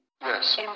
Yes